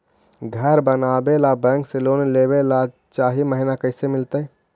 घर बनावे ल बैंक से लोन लेवे ल चाह महिना कैसे मिलतई?